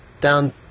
down